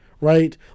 Right